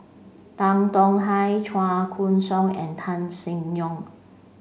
Tan Tong Hye Chua Koon Siong and Tan Seng Yong